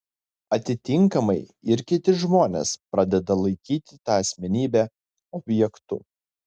atitinkamai ir kiti žmonės pradeda laikyti tą asmenybę objektu